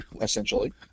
essentially